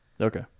Okay